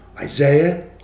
Isaiah